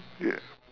ya